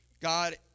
God